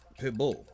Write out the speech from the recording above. Pitbull